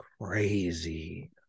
crazy